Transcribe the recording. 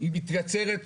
היא מתקצרת.